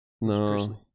No